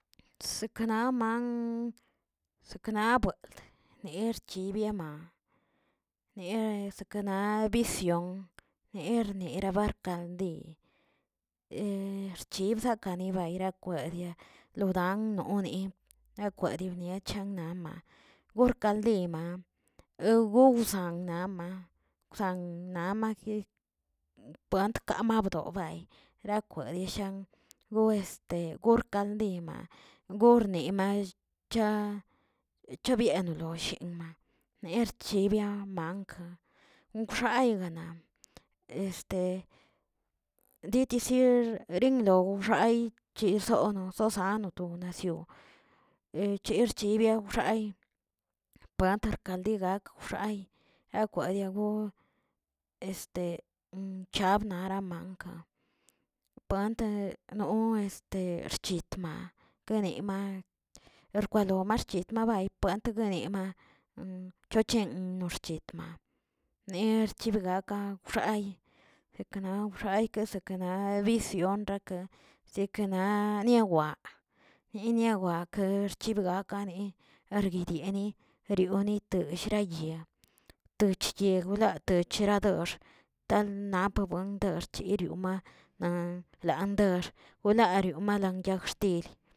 Sekenan man sekena buelt nerchi biema, niesekena bisio ner berakandil chir sayani barkwe lo dan noni nokwe dibiechannaꞌ, gor kaldin ma ewowzana ma wzan namaki man kant mamabdobe rakwe de san gor este gor kaldima gornema cha chobiena lollimma ner chibiamanka gwxayigama ditisirilo xay chisono sosano to nación cherchibiaxay kantier parkaldigak wxe rakwayi go este chabnaramank, pant no este xchitma kenima erkwani marchit mabay bantegui ma chochen norchitma nerchibigaka ay jekanak xway esekena visión raka sekena niowa iniowarke xchibigakeneꞌ arguidieni rioritni sheracheya toch yerajwey yera dox tan napo buen dox chirioma na landor wlario mala yag xtil.